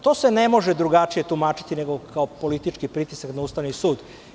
To se ne može drugačije tumačiti, nego kao politički pritisak na Ustavni sud.